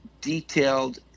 detailed